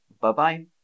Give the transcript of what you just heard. Bye-bye